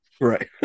Right